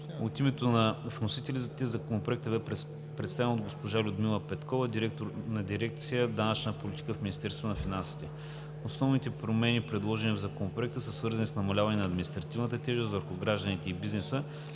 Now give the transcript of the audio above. От името на вносителите Законопроектът бе представен от госпожа Людмила Петкова – директор на дирекция „Данъчна политика“ в Министерството на финансите. Основните промени, предложени в Законопроекта, са свързани с намаляване на административната тежест върху гражданите и бизнеса